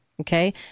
Okay